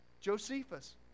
josephus